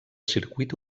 circuit